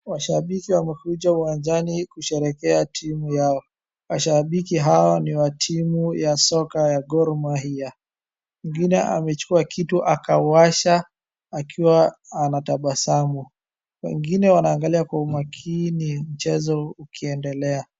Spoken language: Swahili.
Washabiki wamekuja uwanjani kusherehekea timu yao. Mashabiki hawa wa timu ya soka ya gor mahia mwingine amechukua kitu akawasha akiwa anatabasamu wengine wanaangalia kwa makini mchezo ukiendelea.